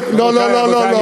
לא לא לא,